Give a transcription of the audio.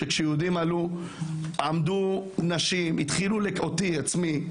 הייתה תקופה שכשיהודים עלו עמדו נשים והתחילו -- אותי עצמי,